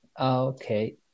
Okay